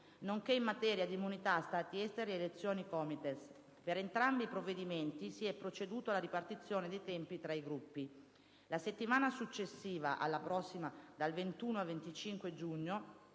nonché in materia di immunità Stati esteri ed elezioni Comites. Per entrambi i provvedimenti si è proceduto alla ripartizione dei tempi tra i Gruppi. La settimana successiva alla prossima, dal 21 al 25 giugno,